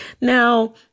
now